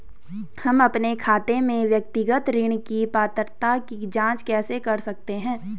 हम अपने खाते में व्यक्तिगत ऋण की पात्रता की जांच कैसे कर सकते हैं?